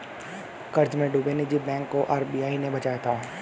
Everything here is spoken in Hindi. कर्ज में डूबे निजी बैंक को आर.बी.आई ने बचाया था